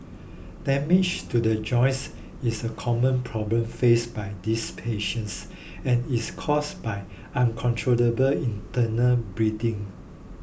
damage to the joints is a common problem faced by these patients and is caused by uncontrollable internal bleeding